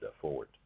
forward